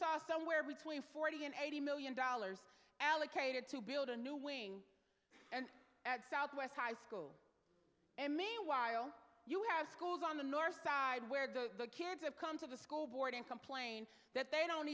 saw somewhere between forty and eighty million dollars allocated to build a new wing and at southwest high school and meanwhile you have schools on the north side where the kids have come to the school board and complain that they don't